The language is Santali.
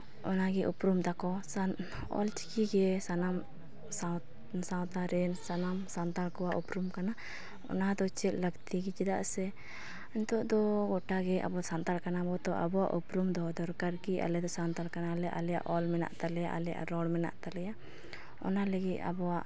ᱚᱱᱟᱜᱮ ᱩᱯᱨᱩᱢ ᱛᱟᱠᱚ ᱚᱞᱪᱤᱠᱤ ᱜᱮ ᱥᱟᱱᱟᱢ ᱥᱟᱶᱛᱟ ᱨᱮᱱ ᱥᱟᱱᱟᱢ ᱥᱟᱱᱛᱟᱲ ᱠᱚᱣᱟᱜ ᱩᱯᱨᱩᱢ ᱠᱟᱱᱟ ᱚᱱᱟ ᱫᱚ ᱪᱮᱫ ᱞᱟᱹᱠᱛᱤ ᱪᱮᱫᱟᱜ ᱥᱮ ᱱᱤᱛᱚᱜ ᱫᱚ ᱜᱳᱴᱟᱜᱮ ᱟᱵᱚ ᱥᱟᱱᱛᱟᱲ ᱠᱟᱱᱟᱵᱚᱱ ᱛᱳ ᱟᱵᱚᱣᱟᱜ ᱩᱯᱨᱩᱢ ᱫᱚ ᱫᱚᱨᱠᱟᱨ ᱜᱮ ᱟᱞᱮ ᱫᱚ ᱥᱟᱱᱛᱟᱲ ᱠᱟᱱᱟᱞᱮ ᱟᱞᱮᱭᱟᱜ ᱚᱞ ᱢᱮᱱᱟᱜ ᱛᱟᱞᱮᱭᱟ ᱟᱞᱮᱭᱟᱜ ᱨᱚᱲ ᱢᱮᱱᱟᱜ ᱛᱟᱞᱮᱭᱟ ᱚᱱᱟ ᱞᱟᱹᱜᱤᱫ ᱟᱵᱚᱣᱟᱜ